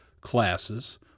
classes